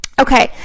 Okay